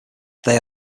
they